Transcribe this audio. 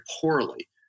poorly